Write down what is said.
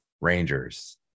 Rangers